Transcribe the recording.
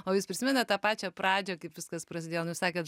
o jūs prisimenat tą pačią pradžią kaip viskas prasidėjo nu sakėt